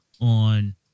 on